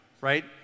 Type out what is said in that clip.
right